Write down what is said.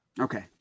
Okay